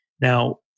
Now